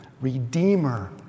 redeemer